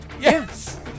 Yes